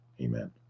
Amen